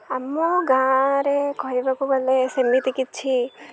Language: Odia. ଆମ ଗାଁରେ କହିବାକୁ ଗଲେ ସେମିତି କିଛି